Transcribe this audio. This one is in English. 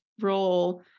Role